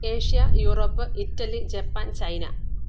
Asia Europe Italy Japan China